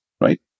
right